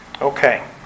Okay